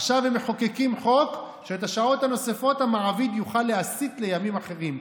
עכשיו הם מחוקקים חוק שאת השעות הנוספות המעביד יוכל להסיט לימים אחרים.